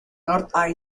north